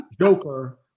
Joker